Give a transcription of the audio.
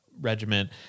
regiment